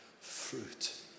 fruit